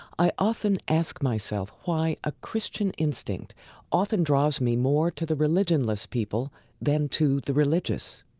i often ask myself why a christian instinct often draws me more to the religionless people than to the religious,